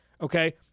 Okay